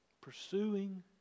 Pursuing